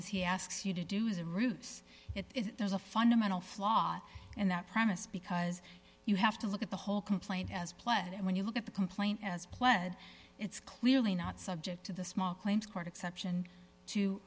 claims he asks you to do is a ruse it is there's a fundamental flaw in that premise because you have to look at the whole complaint as pled and when you look at the complaint as pled it's clearly not subject to the small claims court exception to